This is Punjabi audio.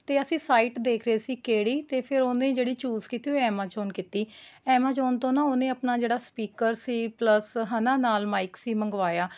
ਅਤੇ ਅਸੀਂ ਸਾਈਟ ਦੇਖ ਰਹੇ ਸੀ ਕਿਹੜੀ ਅਤੇ ਫਿਰ ਉਹਨੇ ਜਿਹੜੀ ਚੂਜ਼ ਕੀਤੀ ਉਹ ਐਮਾਜ਼ੋਨ ਕੀਤੀ ਐਮਾਜ਼ੋਨ ਤੋਂ ਨਾ ਉਹਨੇ ਆਪਣਾ ਜਿਹੜਾ ਸਪੀਕਰ ਸੀ ਪਲੱਸ ਹੈ ਨਾ ਨਾਲ ਮਾਈਕ ਸੀ ਮੰਗਵਾਇਆ